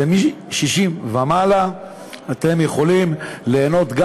ומ-60 ומעלה אתם יכולים ליהנות גם